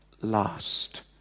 last